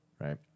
right